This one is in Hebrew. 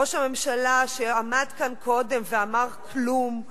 ראש הממשלה, שעמד כאן קודם ואמר כלום,